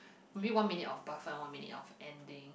maybe one minute of buffer one minute of ending